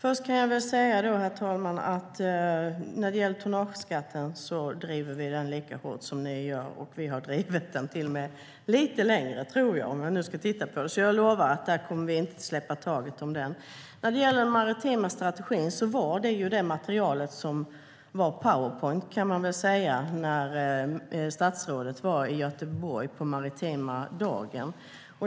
Herr talman! Vi driver tonnageskatten lika hårt som ni gör, och vi har drivit den till och med lite längre, tror jag. Jag lovar att vi inte kommer att släppa taget där. Den maritima strategin var det materialet som fanns i form av Powerpoint när statsrådet var i Göteborg på maritima dagen.